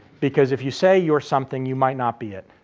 because if you say you are something you might not be it,